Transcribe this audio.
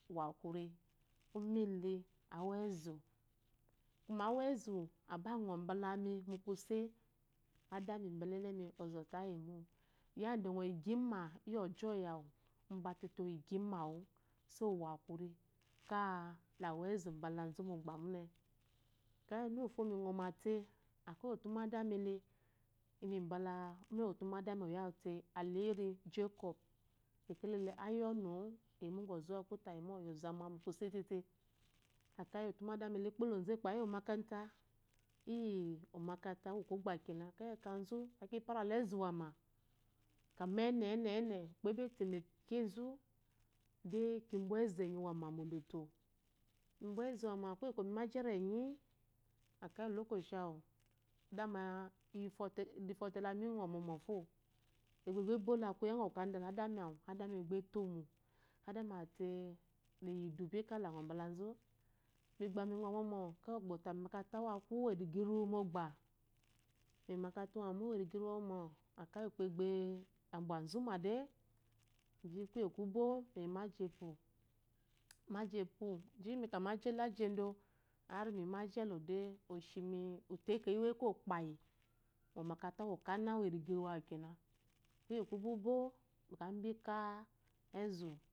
Wa hakuri, a ba ngɔ bala mi mu kuse. Ada mi bula enene oza wute ayi mo yadda ngɔ yi igima lyi ojoy awu mbatete oyi lgima wu. so wa hakuri ko bawa ezu mbula ɔu mogbe mernene. ekeyi onu uwo mi ngɔ mate ekeyi otumadami ele uwu bula ume uwu otumadami oya wu te alheri jacob, kekelele aya ɔnu wo mo ozuku tayi amma oyi ozama kuse tėlė. Ekeyi otumadami ele ekpolozu ekpayi iyi omakata iyi omakata uwu kogba kena, ekeyi akazu ke para ezu iwama, kana enenene ukpo ebe temeke zu de ki bwa ezu enyi iwama mi yi mu aji erenyi ekeyi olokoci awu dama ifote lami ngɔ mɔmɔ fo, igbegbe ebo ebo la koya ngwu ada la adami awu, adami egba etomo, adami ate eleyi idu bi aka langs bula zu, mi gba mi ngɔ mɔmɔ ekeyi atami mu omakata uwaku uwu eriga iruwa mogba. Mile mu omakata uwu iriga iruwa le iwama, ekeyi ukpo egba bwazu mu de ji kuye kubo miyi nu aji epo ji maka mu aji ela aji endo ji mi ye mu aji elo de, oshimi utekeyi uwu ekokpayi mu omakata uwu kana uwu eriqa iruwa, kuye kubi bo de akeyi mika ezu.